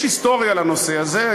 יש היסטוריה לנושא הזה,